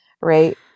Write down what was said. right